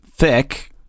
Thick